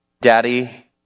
Daddy